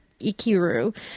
Ikiru